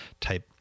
type